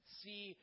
see